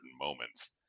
moments